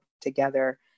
together